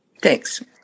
Thanks